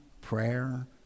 prayer